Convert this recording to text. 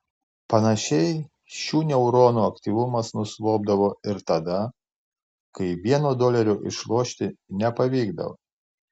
panašiai šių neuronų aktyvumas nuslopdavo ir tada kai vieno dolerio išlošti nepavykdavo